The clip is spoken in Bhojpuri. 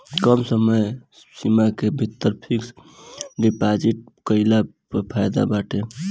कम समय सीमा के भीतर फिक्स डिपाजिट कईला पअ फायदा बाटे